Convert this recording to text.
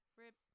rip